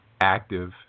active